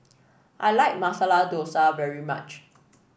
I like Masala Dosa very much